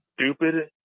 stupid